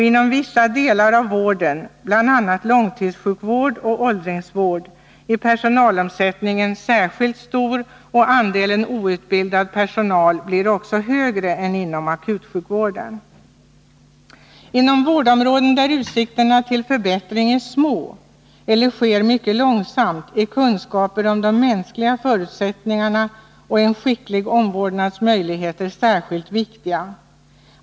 Inom vissa delar av vården, bl.a. långtidssjukvård och åldringsvård, är personalomsättningen särskilt stor, och andelen outbildad personal blir också högre än inom akutsjukvården. Inom vårdområden där utsikterna till förbättring är små, eller där förbättringarna sker mycket långsamt, är kunskaper om de mänskliga förutsättningarna och en skicklig omvårdnads möjligheter särskilt viktiga.